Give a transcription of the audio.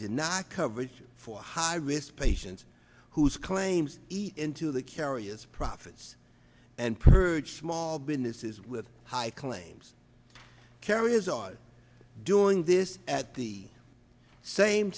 deny coverage for high risk patients whose claims eat into the carriers profits and purge small businesses with high claims carriers are doing this at the same